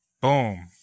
boom